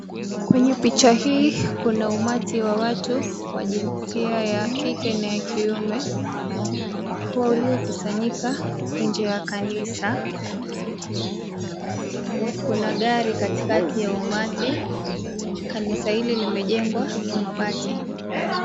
Kwenye picha hii kuna umati wa watu wa jinsia ya kike na kiume waliokusanyika nje ya kanisa kuna gari katikati ya umati, kanisa hili limejengwa kwa mabati.